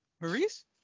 Maurice